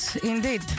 Indeed